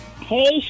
Hey